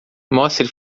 mostre